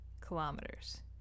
kilometers